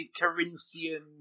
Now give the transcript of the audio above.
Corinthian